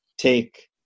take